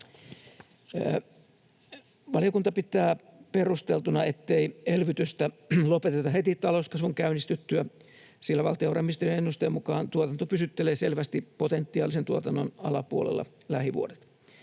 Valiokunta pitää perusteltuna, ettei elvytystä lopeteta heti talouskasvun käynnistyttyä, sillä valtiovarainministeriön ennusteen mukaan tuotanto pysyttelee selvästi potentiaalisen tuotannon alapuolella lähivuodet.